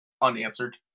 unanswered